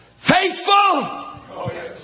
Faithful